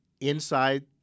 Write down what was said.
inside